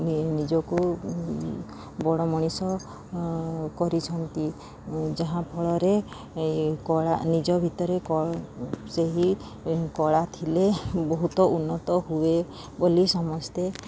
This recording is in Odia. ନି ନିଜକୁ ବଡ଼ ମଣିଷ କରିଛନ୍ତି ଯାହାଫଳରେ କଳା ନିଜ ଭିତରେ କ ସେହି କଳା ଥିଲେ ବହୁତ ଉନ୍ନତ ହୁଏ ବୋଲି ସମସ୍ତେ